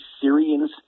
Syrians